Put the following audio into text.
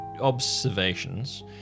observations